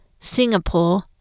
Singapore